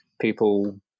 people